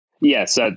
yes